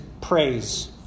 praise